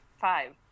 five